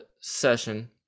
session